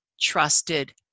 trusted